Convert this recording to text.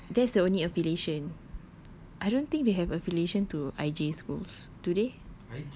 ya but that's the only affiliation I don't think they have a affiliation to I_J schools do they